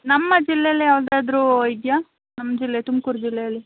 ನಮ್ಮ ಜಿಲ್ಲೆಯಲ್ಲೇ ಯಾವುದಾದ್ರೂ ಇದೆಯಾ ನಮ್ಮ ಜಿಲ್ಲೆ ತುಮಕೂರ್ ಜಿಲ್ಲೆಯಲ್ಲಿ